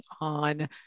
on